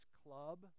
club